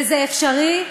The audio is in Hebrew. וזה אפשרי,